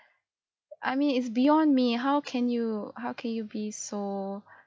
I mean it's beyond me how can you how can you be so